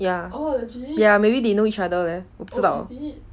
ya ya maybe they know each other leh 我不知道